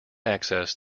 access